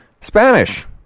Spanish